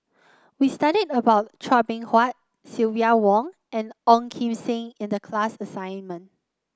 we studied about Chua Beng Huat Silvia Wong and Ong Kim Seng in the class assignment